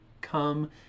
come